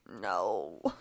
No